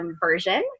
version